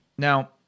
Now